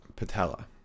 patella